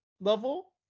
level